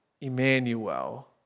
Emmanuel